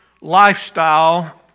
lifestyle